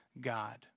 God